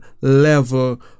level